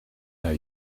naar